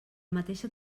mateixa